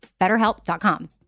BetterHelp.com